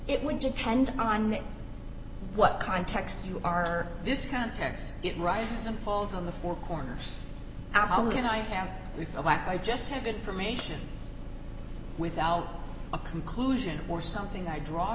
it would depend on what context you are this context it rises and falls on the four corners how can i have proof of why i just have information without a conclusion or something i draw